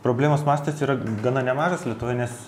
problemos mastas yra gana nemažas lietuvoje nes